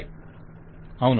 client అవును